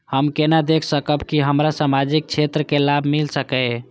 हम केना देख सकब के हमरा सामाजिक क्षेत्र के लाभ मिल सकैये?